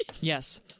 Yes